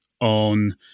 on